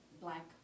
black